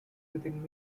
within